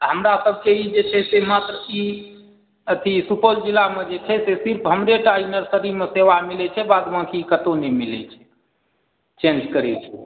आ हमरासबकेँ ई जे छै से मात्र ई अथि सुपौल जिलामे जे छै से सिर्फ हमरेटा ई नर्सरीमे सेवा मिलैत छै बादबाँकी कतहुँ नहि मिलैत छै चेञ्ज करैत छै